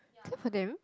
clear for them